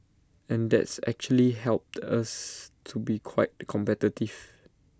and that's actually helped us to be quite competitive